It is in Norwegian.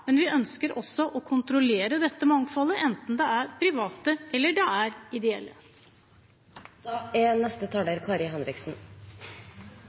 men vi ønsker også å kontrollere dette mangfoldet, enten det er private eller